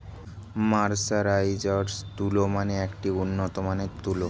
mercerised তুলো মানে একটি উন্নত মানের তুলো